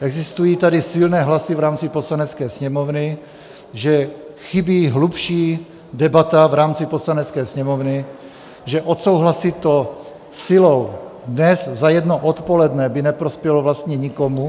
Existují tady silné hlasy v rámci Poslanecké sněmovny, že chybí hlubší debata v rámci Poslanecké sněmovny, že odsouhlasit to silou dnes za jedno odpoledne by neprospělo vlastně nikomu.